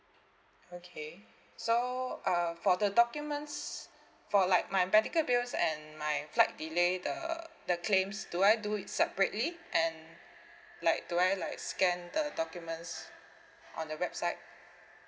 okay so uh for the documents for like my medical bills and my flight delay the the claims do I do it separately and like do I like scan the documents on the website